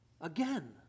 again